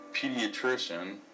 pediatrician